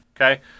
okay